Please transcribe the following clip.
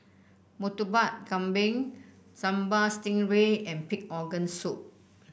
Murtabak Kambing Sambal Stingray and Pig Organ Soup